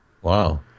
Wow